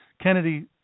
Kennedy